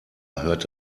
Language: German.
hört